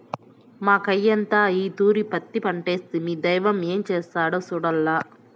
మాకయ్యంతా ఈ తూరి పత్తి పంటేస్తిమి, దైవం ఏం చేస్తాడో సూడాల్ల